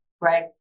Right